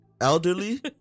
elderly